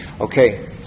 Okay